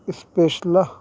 اشپیشلہ